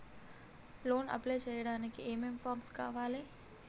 Loan apply చేయడానికి ఏం ఏం ఫామ్స్ కావాలే?